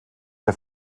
der